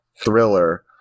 thriller